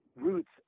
roots